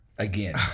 Again